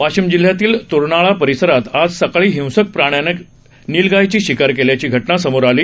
वाशिम जिल्ह्यातील तोरणाळा परिसरात आज सकाळी हिंसक प्राण्याने निलगायची शिकार केल्याची घटना समोर आली